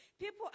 People